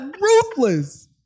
ruthless